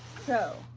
so,